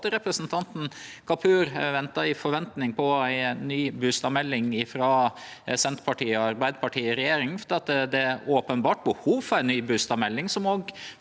at representanten Kapur ventar i forventning på ei ny bustadmelding frå Senterpartiet og Arbeidarpartiet i regjering. Det er openbert behov for ei ny bustadmelding som òg